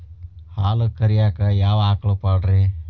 ಹಾಲು ಕರಿಯಾಕ ಯಾವ ಆಕಳ ಪಾಡ್ರೇ?